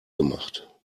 gemacht